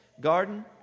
garden